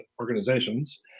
organizations